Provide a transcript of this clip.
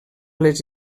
les